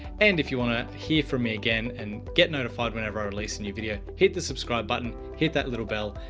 and if you want to hear from me again and get notified, whenever i release a new video, hit the subscribe button, hit that little bell,